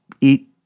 eat